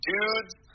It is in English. Dudes